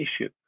issue